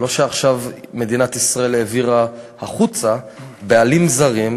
זה לא שעכשיו מדינת ישראל העבירה החוצה בעלים זרים.